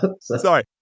Sorry